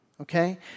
Okay